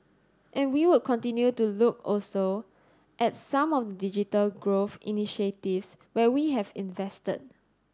and we would continue to look also at some of the digital growth initiatives where we have invested